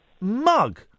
Mug